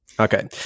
Okay